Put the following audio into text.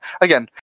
Again